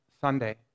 Sunday